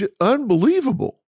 unbelievable